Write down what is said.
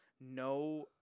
no